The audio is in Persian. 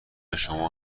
شما